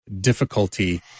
difficulty